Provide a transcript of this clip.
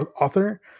author